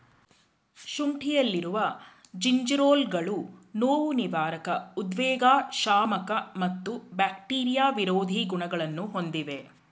ಶುಂಠಿಯಲ್ಲಿರುವ ಜಿಂಜೆರೋಲ್ಗಳು ನೋವುನಿವಾರಕ ಉದ್ವೇಗಶಾಮಕ ಮತ್ತು ಬ್ಯಾಕ್ಟೀರಿಯಾ ವಿರೋಧಿ ಗುಣಗಳನ್ನು ಹೊಂದಿವೆ